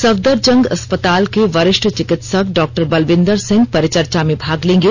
सफदरजंग अस्पताल के वरिष्ठ चिकित्सक डॉक्टर बलविंदर सिंह परिचर्चा में भाग लेंगे